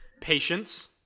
patience